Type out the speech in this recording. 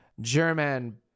German